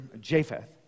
Japheth